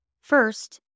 First